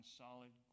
solid